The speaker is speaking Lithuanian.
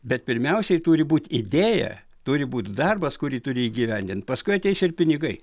bet pirmiausiai turi būti idėja turi būti darbas kurį turi įgyvendinti paskui ateis ir pinigai